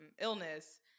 illness